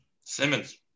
Simmons